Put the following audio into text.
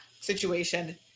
situation